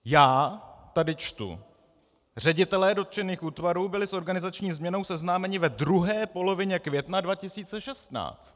Já tady čtu: Ředitelé dotčených útvarů byli s organizační změnou seznámeni ve druhé polovině května 2016.